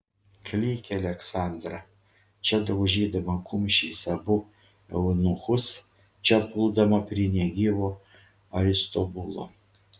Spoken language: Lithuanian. klykė aleksandra čia daužydama kumščiais abu eunuchus čia puldama prie negyvo aristobulo